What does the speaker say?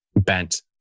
bent